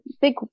Big